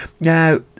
now